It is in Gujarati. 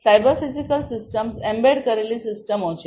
સાયબર ફિઝિકલ સિસ્ટમ્સ એમ્બેડ કરેલી સિસ્ટમો છે